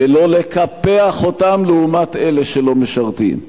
ולא לקפח אותם לעומת אלה שלא משרתים.